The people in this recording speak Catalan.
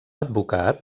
advocat